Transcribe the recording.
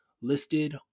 listed